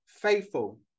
Faithful